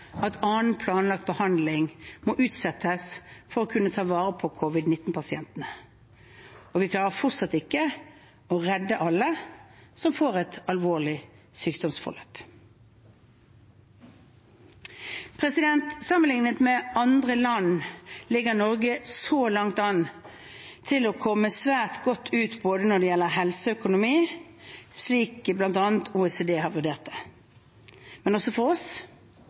at annen planlagt behandling må utsettes for å kunne ta vare på covid-19-pasientene. Og vi klarer fortsatt ikke å redde alle som får et alvorlig sykdomsforløp. Sammenlignet med andre land ligger Norge så langt an til å komme svært godt ut når det gjelder både helse og økonomi, slik bl.a. OECD har vurdert det. Men også for oss